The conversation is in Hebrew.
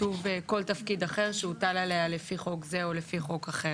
לשקול גם את מה שהיה שוקל אותו משרד,